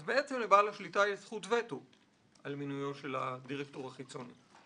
אז לבעל השליטה יש זכות וטו על מינוי של הדירקטור החיצוני.